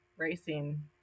racing